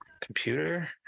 Computer